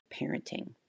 parenting